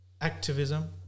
activism